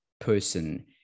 person